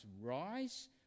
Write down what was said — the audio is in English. rise